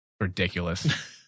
ridiculous